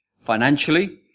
Financially